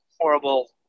Horrible